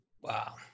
Wow